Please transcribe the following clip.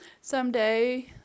someday